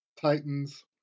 Titans